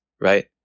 right